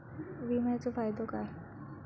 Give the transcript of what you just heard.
विमाचो फायदो काय?